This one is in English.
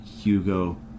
Hugo